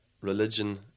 religion